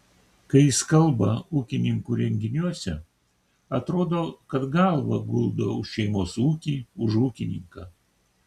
kai jis kalba ūkininkų renginiuose atrodo kad galvą guldo už šeimos ūkį už ūkininką